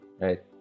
right